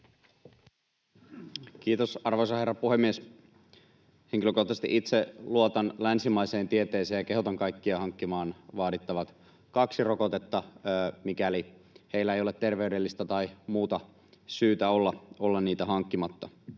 Kiitos, arvoisa herra puhemies! Henkilökohtaisesti itse luotan länsimaiseen tieteeseen ja kehotan kaikkia hankkimaan vaadittavat kaksi rokotetta, mikäli heillä ei ole terveydellistä tai muuta syytä olla niitä hankkimatta.